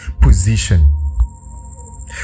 position